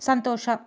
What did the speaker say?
ಸಂತೋಷ